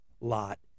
lot